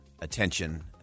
attention